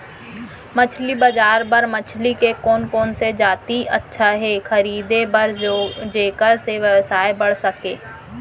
मछली बजार बर मछली के कोन कोन से जाति अच्छा हे खरीदे बर जेकर से व्यवसाय बढ़ सके?